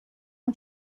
اون